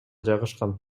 жайгашкан